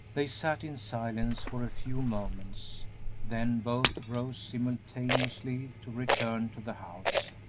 they sat in silence for a few moments then both rose simultaneously to return to the house,